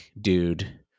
dude